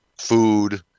food